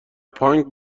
پانگ